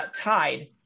tied